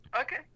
Okay